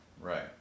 Right